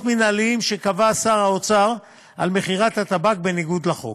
מינהליים שקבע שר האוצר על מכירת הטבק בניגוד לחוק.